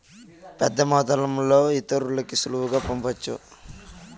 పెద్దమొత్తంలో ఇతరులకి సులువుగా పంపొచ్చు